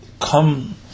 come